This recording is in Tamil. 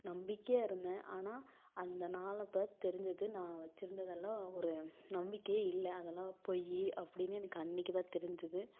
நம்பிக்கையாக இருந்தேன் ஆனால் அந்த நாள் அப்போ தான் தெரிஞ்சுது நான் வச்சுருந்ததெல்லாம் ஒரு நம்பிக்கையே இல்லை அதெல்லாம் பொய் அப்படின்னு எனக்கு அன்றைக்கிதான் தெரிஞ்சுது